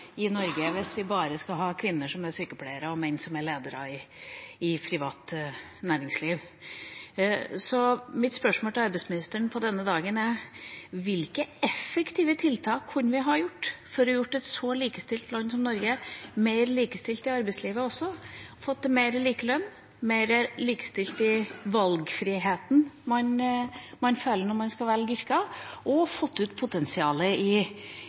i Norge hvis vi bare skal ha kvinner som er sykepleiere, og menn som er ledere i privat næringsliv. Mitt spørsmål til arbeidsministeren på denne dagen er: Hvilke effektive tiltak kunne vi ha gjort for å gjøre et så likestilt land som Norge også mer likestilt i arbeidslivet, få til mer likelønn, mer likestilling i valgfriheten man føler når man skal velge yrke, og få ut potensialet i